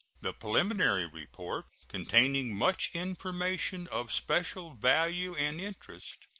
the preliminary report, containing much information of special value and interest,